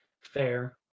Fair